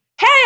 hey